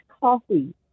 coffee